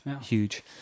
Huge